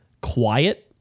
quiet